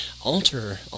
alter